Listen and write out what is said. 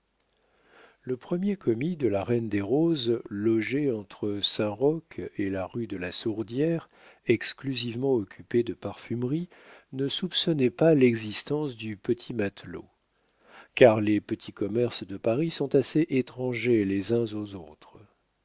le premier commis de la reine des roses logé entre saint-roch et la rue de la sourdière exclusivement occupé de parfumerie ne soupçonnait pas l'existence du petit matelot car les petits commerces de paris sont assez étrangers les uns aux autres